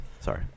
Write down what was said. Sorry